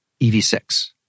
EV6